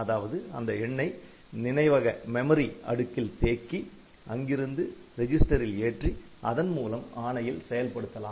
அதாவது அந்த எண்ணை நினைவக அடுக்கில் தேக்கி அங்கிருந்து ரெஜிஸ்டரில் ஏற்றி அதன்மூலம் ஆணையில் செயல்படுத்தலாம்